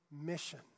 mission